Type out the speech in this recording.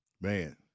Man